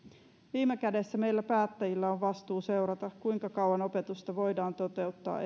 viime kädessä meillä päättäjillä on vastuu seurata kuinka kauan opetusta voidaan toteuttaa